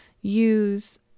use